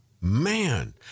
Man